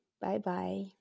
Bye-bye